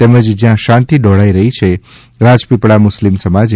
તેમજ જ્યાં શાંતિ ડોહળાઇ રહી છે રાજપીપળા મુસ્લિમ સમાજે